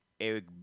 Eric